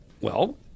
Well-